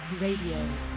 Radio